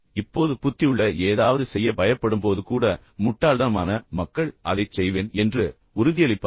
இப்போது புத்தியுள்ள ஏதாவது செய்ய பயப்படும்போது கூட முட்டாள்தனமான மக்கள் அதைச் செய்வேன் என்று உறுதியளிப்பார்கள்